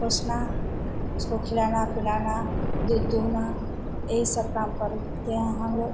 पोसना उसको खिलाना पिलाना दूध दुहना यही सब काम करते हैं हम लोग